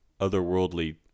otherworldly